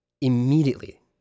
immediately